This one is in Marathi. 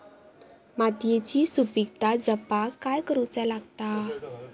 मातीयेची सुपीकता जपाक काय करूचा लागता?